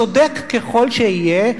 צודק ככל שיהיה,